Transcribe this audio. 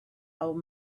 old